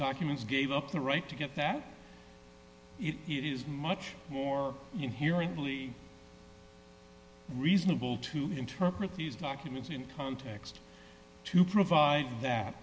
documents gave up the right to get that it is much more inherently reasonable to interpret these documents in context to provide that